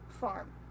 farm